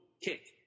kick